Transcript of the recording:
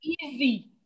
easy